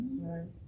Right